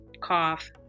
cough